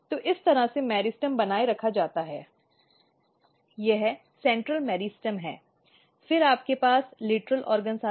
तो इस तरह से मेरिस्टेम बनाए रखा जाता है यह केंद्रीय मेरिस्टेम है और फिर आपके पास लेटरल अंग आते हैं